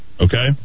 Okay